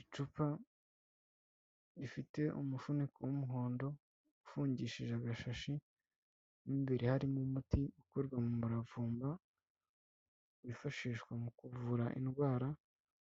Icupa rifite umufuniko w'umuhondo ufungishije agashashi mu imbere harimo umuti ukorwa mu muravumba wifashishwa mu kuvura indwara